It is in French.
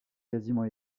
quasiment